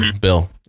Bill